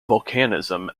volcanism